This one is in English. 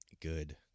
Good